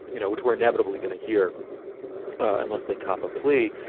you know which were inevitably going to hear unless they cop a plea.